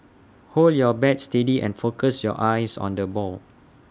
hold your bat steady and focus your eyes on the ball